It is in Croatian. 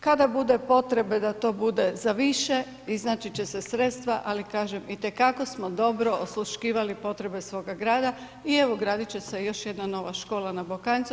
kada bude potrebe da to bude za više iznaći će se sredstava, ali kažem i te kako smo dobro osluškivali potrebe svoga grada i evo gradit će se još jedna nova škola na Bokanjcu.